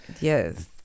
Yes